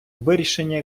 вирішення